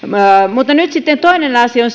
mutta nyt sitten toinen asia